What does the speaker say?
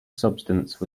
substance